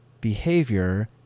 behavior